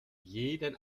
jeden